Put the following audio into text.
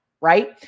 right